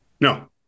No